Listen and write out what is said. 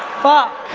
fuck,